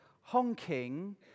honking